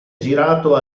girato